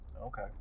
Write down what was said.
Okay